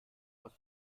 aus